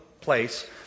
place